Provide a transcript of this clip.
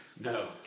No